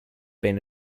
been